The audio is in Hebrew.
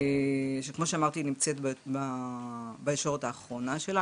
שכמו שאמרתי היא נמצאת בישורת האחרונה שלה.